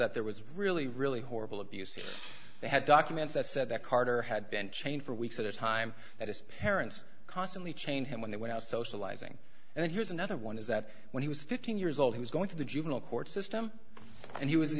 that there was really really horrible abuse here they had documents that said that carter had been chained for weeks at a time that his parents constantly change him when they went out socializing and here's another one is that when he was fifteen years old he was going to the juvenile court system and he was